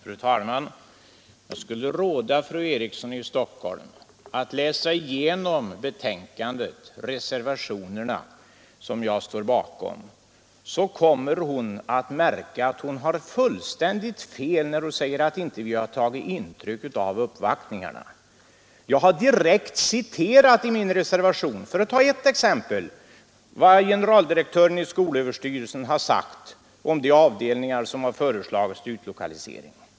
Fru talman! Jag vill råda fru Eriksson i Stockholm att läsa igenom betänkandet och reservationerna som jag står bakom, så kommer hon att märka att hon har fullständigt fel när hon säger att jag inte har tagit intryck av uppvaktningarna. Jag har, för att ta ett exempel, i min reservation direkt citerat vad generaldirektören i skolöverstyrelsen sagt om de avdelningar som föreslagits till utlokalisering.